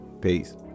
Peace